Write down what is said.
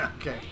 Okay